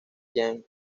jean